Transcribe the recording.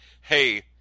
hey